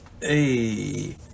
hey